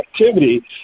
activity